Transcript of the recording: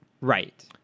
Right